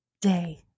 day